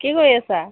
কি কৰি আছা